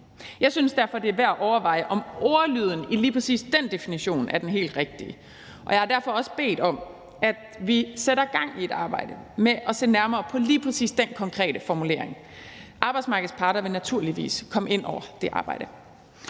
Jeg synes derfor, at det er værd at overveje, om ordlyden i lige præcis den definition er den helt rigtige, og jeg har derfor også bedt om, at vi sætter gang i et arbejde med at se nærmere på lige præcis den konkrete formulering. Arbejdsmarkedets parter vil naturligvis komme ind over det arbejde.